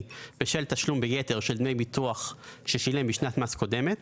בשל תשלום ביתר של דמי ביטוח ששילם בשנת מס קודמת,